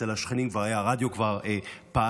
אצל השכנים הרדיו כבר פעל.